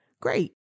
great